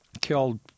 killed